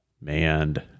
manned